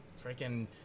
Freaking